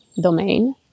domain